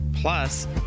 Plus